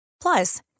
Plus